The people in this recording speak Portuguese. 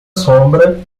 sombra